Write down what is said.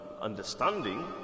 understanding